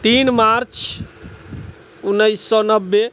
तीन मार्च उन्नैस सए नब्बे